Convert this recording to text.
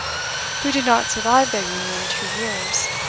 who did not survive their union two years.